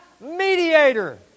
mediator